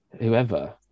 whoever